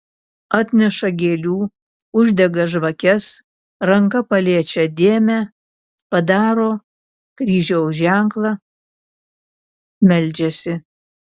atneša gėlių uždega žvakes ranka paliečią dėmę padaro kryžiaus ženklą meldžiasi